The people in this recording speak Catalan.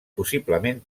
possiblement